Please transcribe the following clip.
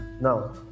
Now